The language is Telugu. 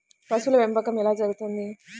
పశువుల పెంపకం ఎలా జరుగుతుంది?